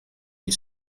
you